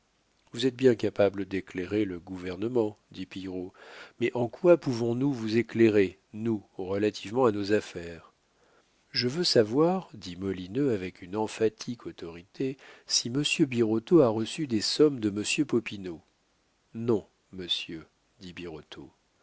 vous êtes bien capable d'éclairer le gouvernement dit pillerault mais en quoi pouvons-nous vous éclairer nous relativement à nos affaires je veux savoir dit molineux avec une emphatique autorité si monsieur birotteau a reçu des sommes de monsieur popinot non monsieur dit